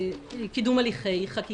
בגלל המקבילית שדיברו עליה.